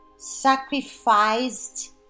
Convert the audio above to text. sacrificed